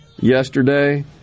yesterday